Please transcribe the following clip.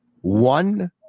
One